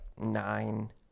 nine